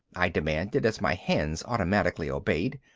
i demanded as my hands automatically obeyed.